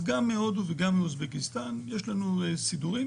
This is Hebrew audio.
גם מהודו וגם מאוזבקיסטן יש סידורים.